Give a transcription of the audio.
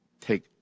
take